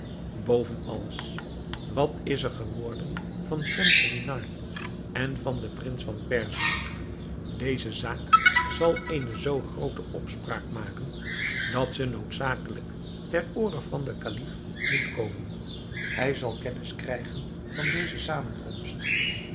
boven alles wat is er geworden van schemselnihar en van den prins van perzië deze zaak zal eene zoo groote opspraak maken dat ze noodzakelijk ter oore van den kalif moet komen hij zal kennis krijgen van deze zamenkomst